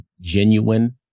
genuine